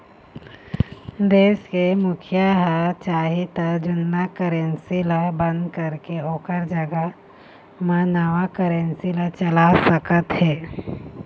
देश के मुखिया ह चाही त जुन्ना करेंसी ल बंद करके ओखर जघा म नवा करेंसी ला चला सकत हे